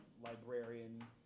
librarian